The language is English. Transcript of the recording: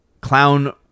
clown